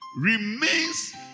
remains